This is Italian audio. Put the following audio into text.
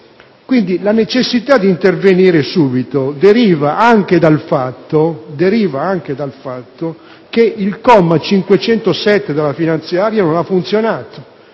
La necessità di intervenire subito deriva anche dal fatto che il comma 507 della finanziaria non ha funzionato: